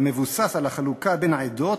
"המבוסס על החלוקה בין עדות,